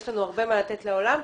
יש לנו הרבה מה לתת לעולם,